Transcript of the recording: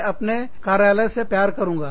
मैं अपने कार्यालय से प्यार करूँगा